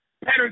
better